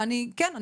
וכן,